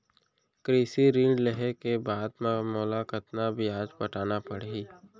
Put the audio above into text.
कृषि ऋण लेहे के बाद म मोला कतना ब्याज पटाना पड़ही?